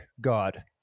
God